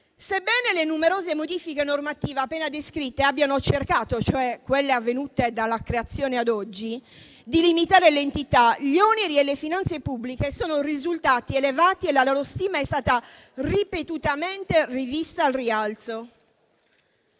«Sebbene le numerose modifiche normative appena descritte abbiano cercato» - cioè quelle avvenute dalla creazione ad oggi - «di limitarne l'entità, gli oneri e le finanze pubbliche sono risultati elevati e la loro stima è stata ripetutamente rivista al rialzo»;